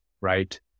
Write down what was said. right